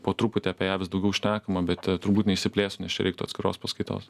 po truputi apie ją vis daugiau šnekama bet turbūt neišsiplėsiu nes čia reiktų atskiros paskaitos